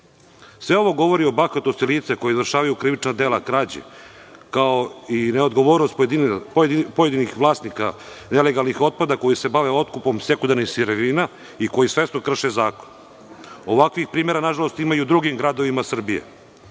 ovo govori o bahatosti lica koja izvršavaju krivična dela krađe, kao i neodgovornost pojedinih vlasnika nelegalnih otpada koji se bave otkupom sekundarnih sirovina i koji svesno krše zakon. Ovakvih primera, nažalost, ima i u drugim gradovima